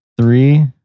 Three